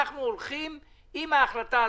אנחנו הולכים עם ההחלטה הזאת.